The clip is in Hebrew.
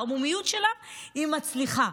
בערמומיות שלה היא מצליחה.